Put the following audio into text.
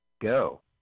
go